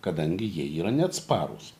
kadangi jie yra neatsparūs